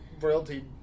royalty